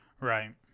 Right